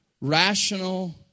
rational